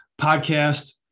podcast